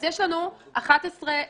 אז יש לנו 11 דירקטורים.